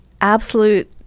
absolute